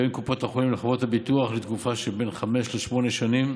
קופות החולים לחברות הביטוח לתקופה שבין חמש לשמונה שנים.